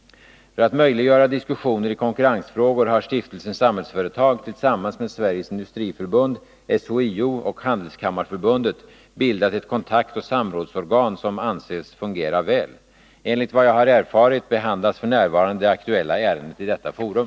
För att möjliggöra diskussioner i konkurrensfrågor har stiftelsen Samhällsföretag tillsammans med Sveriges Industriförbund, SHIO och Handelskammarförbundet bildat ett kontaktoch samrådsorgan som anses fungera väl. Enligt vad jag har erfarit behandlas f.n. det aktuella ärendet i detta forum.